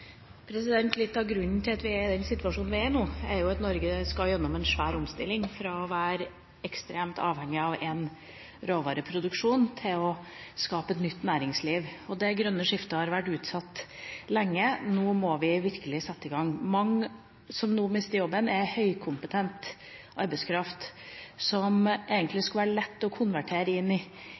i den situasjonen vi er i nå, er jo at Norge skal igjennom en svær omstilling – fra å være ekstremt avhengig av en råvareproduksjon til å skape et nytt næringsliv. Det grønne skiftet har vært utsatt lenge, nå må vi virkelig sette i gang. Mange som nå mister jobben, er høykompetent arbeidskraft som egentlig skulle være lett å konvertere inn i